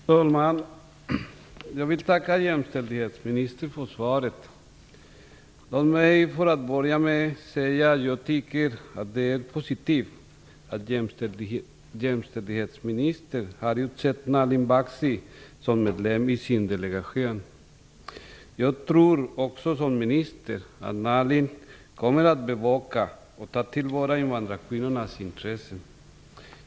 Fru talman! Jag vill tacka jämställdhetsministern för svaret. Låt mig börja med att säga att jag tycker att det är positivt att jämställdhetsministern har utsett Nalin Baksi som medlem i sin delegation. Jag tror också, liksom ministern, att Nalin Baksi kommer att bevaka och ta till vara invandrarkvinnornas intressen.